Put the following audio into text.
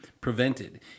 prevented